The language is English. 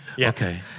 Okay